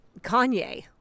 Kanye